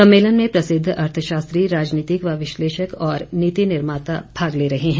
सम्मेलन में प्रसिद्ध अर्थशास्त्री राजनीतिक व विश्लेषक और नीति निर्माता भाग ले रहे हैं